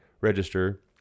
register